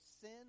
sin